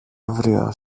αύριο